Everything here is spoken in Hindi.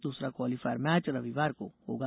दसरा क्वालिफायर मैच रविवार को होगा